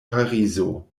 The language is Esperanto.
parizo